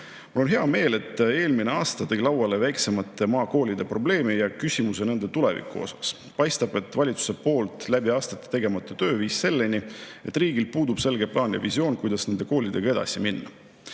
on hea meel, et eelmine aasta tõi lauale väiksemate maakoolide probleemi ja küsimuse nende tulevikust. Paistab, et valitsuse poolt läbi aastate tegemata töö viis selleni, et riigil puudub selge plaan ja visioon, kuidas nende koolidega edasi minna.